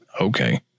okay